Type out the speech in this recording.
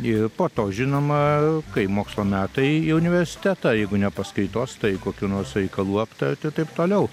ir po to žinoma kai mokslo metai į universitetą jeigu ne paskaitos tai kokių nors reikalų aptarti taip toliau